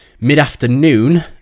mid-afternoon